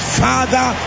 father